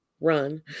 Run